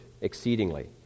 exceedingly